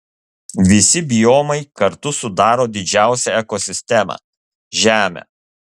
visi biomai kartu sudaro didžiausią ekosistemą žemę